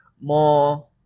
more